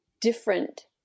different